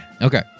Okay